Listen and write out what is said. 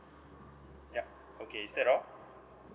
yup okay is that all